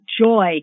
joy